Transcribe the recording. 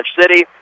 City